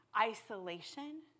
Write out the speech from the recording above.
isolation